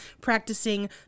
practicing